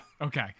Okay